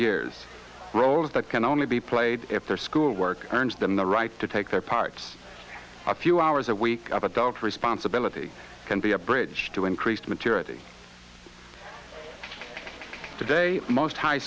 years roles that can only be played if their school work earns them the right to take their parts a few hours a week of adult responsibility can be a bridge to increased maturity today most high